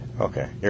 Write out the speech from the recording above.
Okay